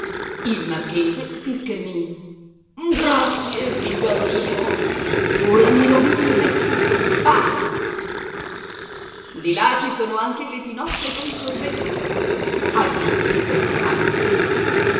il marchese si schermì grazie figliuol mio ora mi rovini il vestito bada di là ci sono anche le tinozze coi sorbetti aggiunse don santo